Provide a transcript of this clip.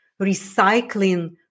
recycling